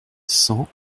cent